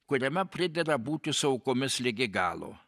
kuriame pridera būti su aukomis ligi galo